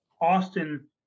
Austin